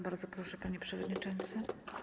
Bardzo proszę, panie przewodniczący.